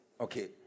Okay